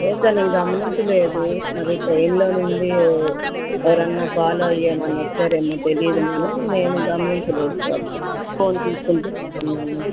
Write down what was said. అదే సార్ నేను గమనించలేదు మరి ట్రైన్లో నుండి ఎవరైనా ఫాలో అయ్యి ఏమైనా వచ్చారేమో తెలియదు నేను గమనించలేదు సార్ ఫోన్ చూసుకుంటూ ఉన్నాను